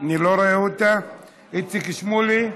אני לא רואה אותה, איציק שמולי.